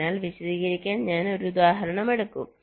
അതിനാൽ വിശദീകരിക്കാൻ ഞങ്ങൾ ഒരു ഉദാഹരണം എടുക്കും